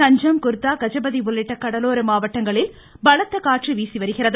கஞ்சம் குர்தா கஜபதி உள்ளிட்ட கடலோர மாவட்டங்களில் பலத்த காற்று வீசிவருகிறது